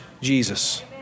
Jesus